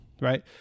right